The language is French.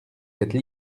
êtes